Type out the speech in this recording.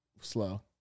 Slow